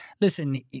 listen